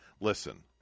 listen